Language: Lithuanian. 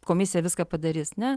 komisija viską padarys ne